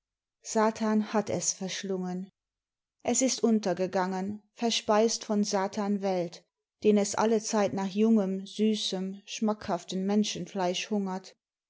satan hat es verschlungen es ist untergegangen verspeist von satan welt den es allezeit nach jungem süßem schmackhaftem menschenfleisch hungert